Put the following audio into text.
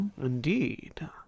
Indeed